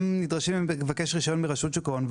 הם נדרשים לבקש רישיון מרשות שוק ההון,